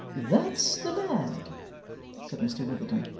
that's the lad said mr witherden.